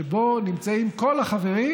שבו נמצאים כל החברים,